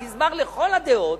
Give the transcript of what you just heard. הגזבר, לכל הדעות,